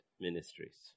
ministries